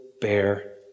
bear